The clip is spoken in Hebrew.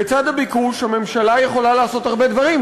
בצד הביקוש הממשלה יכולה לעשות הרבה דברים,